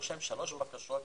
ורושם שלושה ישובים.